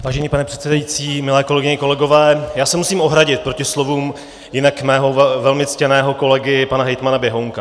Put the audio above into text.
Vážený pane předsedající, milé kolegyně, kolegové, já se musím ohradit proti slovům jinak mého velmi ctěného kolegy pana hejtmana Běhounka.